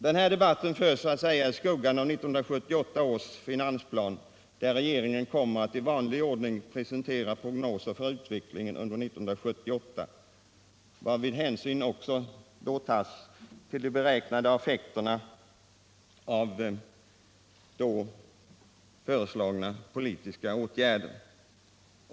Den här debatten förs så att säga i skuggan av 1978 års finansplan, där regeringen kommer att i vanlig ordning presentera prognoser för utvecklingen under 1978, varvid hänsyn också tas till de beräknade ef fekterna av olika då föreslagna politiska åtgärder.